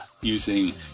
using